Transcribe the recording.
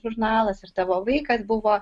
žurnalas ir tavo vaikas buvo